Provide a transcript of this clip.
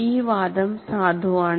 ആ വാദം സാധുവാണ്